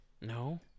No